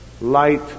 light